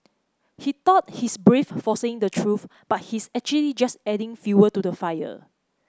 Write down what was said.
he thought he's brave for saying the truth but he's actually just adding fuel to the fire